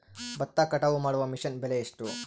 ಭತ್ತ ಕಟಾವು ಮಾಡುವ ಮಿಷನ್ ಬೆಲೆ ಎಷ್ಟು?